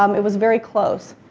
um it was very close.